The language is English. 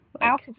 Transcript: Out